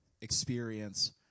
experience